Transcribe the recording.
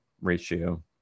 ratio